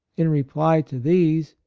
in reply to these,